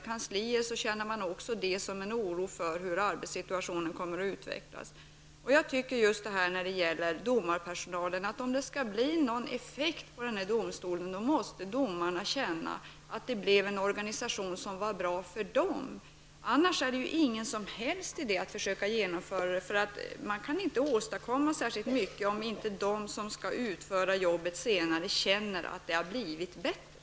Man är också orolig för hur arbetssituationen kommer att utvecklas på grund av att det har föreslagits att det skall bli delade kanslier. Om det skall bli någon effektivitet i arbetet i den här domstolen måste domarna känna att det blev en organisation som är bra för dem. Annars är det ju ingen som helst idé att försöka genomföra förslaget. Man kan inte åstadkomma särskilt mycket om inte de som sedan skall utföra jobbet känner att det har blivit bättre.